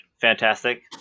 fantastic